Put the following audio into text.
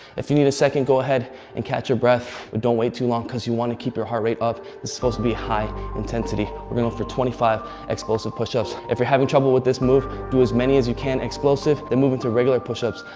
if you need a second, go ahead and catch your breath. but don't wait too long, cause you want to keep your heart rate up. this is supposed to be high intensity. we're going for twenty five explosive push ups. if you're having trouble with this move, do as many as you can explosive, then move into regular push ups.